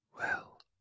Well